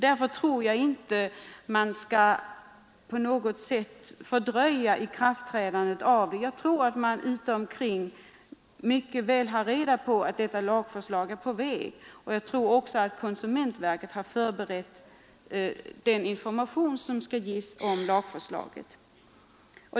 Därför tror jag att vi inte skall fördröja ikraftträdandet av lagen; berörda människor runt om i landet har säkert mycket väl reda på att den här lagen är på väg, och jag tror också att konsumentverket har förberett den information som skall ges om den nya lagen.